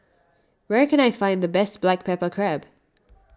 where can I find the best Black Pepper Crab